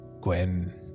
gwen